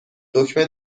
دکمه